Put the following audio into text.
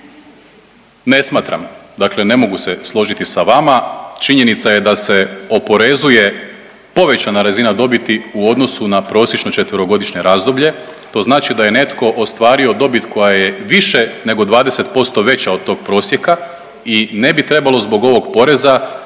Ne smatram, dakle ne mogu se složiti sa vama. Činjenica je da se oporezuje povećana razina dobiti u odnosu na prosječno četverogodišnje razdoblje, to znači da je netko ostvario dobit koja je više nego 20% veća od tog prosjeka i ne bi trebalo zbog ovog poreza